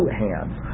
hands